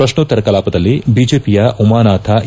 ಪ್ರಶ್ನೋತ್ತರ ಕಲಾಪದಲ್ಲಿ ಬಿಜೆಪಿಯ ಉಮಾನಾಥ ಎ